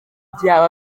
byaba